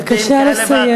בבקשה לסיים.